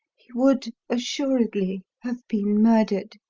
he would assuredly have been murdered.